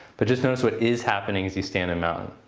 but just notice what is happening as you stand in mountain.